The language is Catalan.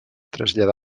traslladà